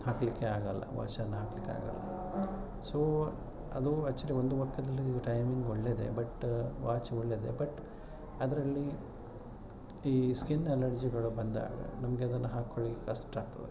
ಹಾಕಲಿಕ್ಕೆ ಆಗಲ್ಲ ವಾಚನ್ನು ಹಾಕಲಿಕ್ಕೆ ಆಗೋಲ್ಲ ಸೊ ಅದು ಆ್ಯಕ್ಚುಲಿ ಒಂದು ಲೆಕ್ಕದಲ್ಲಿ ಟೈಮಿಂಗ್ ಒಳ್ಳೆಯದೇ ಬಟ್ ವಾಚ್ ಒಳ್ಳೆಯದೇ ಬಟ್ ಅದರಲ್ಲಿ ಈ ಸ್ಕಿನ್ ಎಲರ್ಜಿಗಳು ಬಂದಾಗ ನಮಗೆ ಅದನ್ನು ಹಾಕೊಳ್ಳಿಕ್ಕೆ ಕಷ್ಟ ಆಗ್ತದೆ